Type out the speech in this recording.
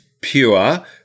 pure